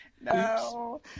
No